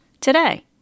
today